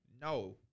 No